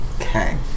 Okay